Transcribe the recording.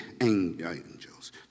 angels